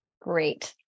Great